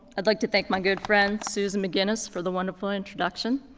i'd like to thank my good friend, susan mcguinness for the wonderful introduction,